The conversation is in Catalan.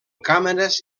càmeres